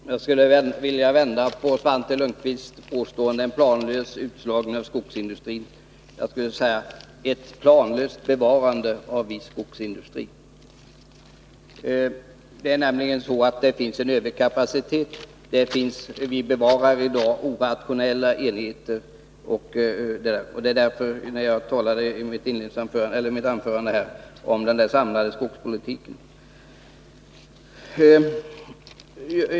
Herr talman! Jag skulle vilja vända på Svante Lundkvists påstående om en planlös utslagning av skogsindustrin. Jag skulle vilja säga: Ett planlöst bevarande av viss skogsindustri. Det finns nämligen en överkapacitet. Vi bevarar i dag orationella enheter, och det var det jag avsåg när jag i mitt inledningsanförande talade om behovet av en samlad skogsindustri.